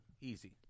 Easy